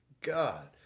God